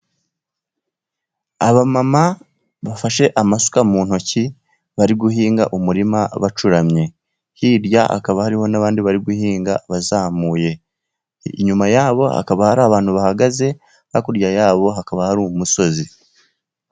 Abamama bafashe amasuka mu ntoki, bari guhinga umurima bacuramye. Hirya hakaba hariho n'abandi bari guhing bazamuye. Inyuma yabo hakaba hari abantu bahagaze, hakurya yabo hakaba hari umusozi.